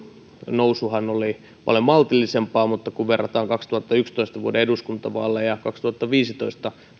nousuhan oli paljon maltillisempaa mutta kun verrataan vuoden kaksituhattayksitoista eduskuntavaaleja vuoden kaksituhattaviisitoista